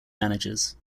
managers